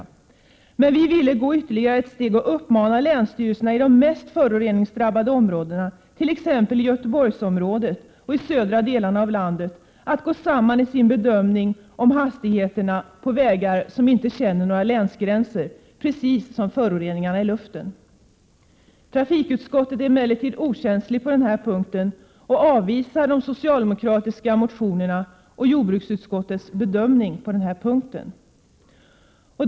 Vi ville i jordbruksutskottet gå ytterligare ett steg och uppmana länsstyrelserna i de mest föroreningsdrabbade områdena, t.ex. Göteborgsområdet och södra delarna av landet, att gå samman i sin bedömning om hastigheterna på vägar som inte känner några länsgränser, precis som föroreningarna i luften. Trafikutskottet är emellertid okänsligt på den här punkten och avvisar de socialdemokratiska motionerna och jordbruksutskottets bedömning.